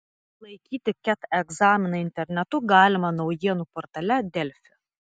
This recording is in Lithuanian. laikyti ket egzaminą internetu galima naujienų portale delfi